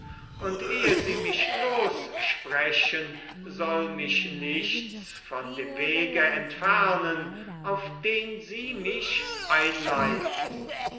und ehe sie mich lossprechen soll mich nichts von dem wege entfernen auf den sie mich einleiten